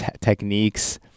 techniques